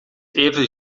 even